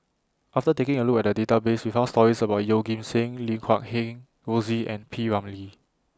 after taking A Look At The Database We found stories about Yeoh Ghim Seng Lim Guat Kheng Rosie and P Ramlee